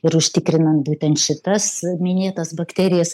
ir užtikrinant būtent šitas minėtas bakterijas